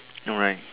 no right